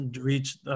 reach